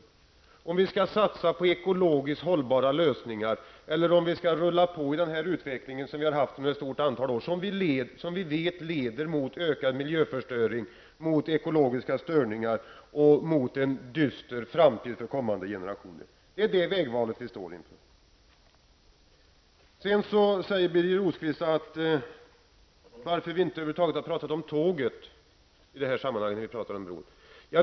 Det gäller om vi skall satsa på ekologiskt hållbara lösningar eller om det skall få rulla på som nu under många år, en utveckling som vi vet leder till miljöförstöring, ekologiska störningar och en dyster framtid för kommande generationer. Det är det vägvalet som vi står inför. Birger Rosqvist undrade varför vi i detta sammanhang över huvud taget inte har talat om tåget.